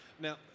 Now